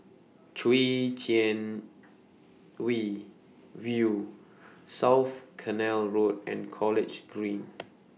Chwee Chian V View South Canal Road and College Green